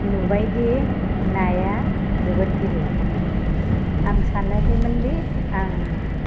नुबायदि नाया जोबोद गिदिर आं सानाखैमोनदि आं